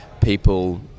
people